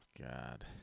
God